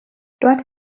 dort